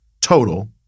total